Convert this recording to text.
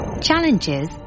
Challenges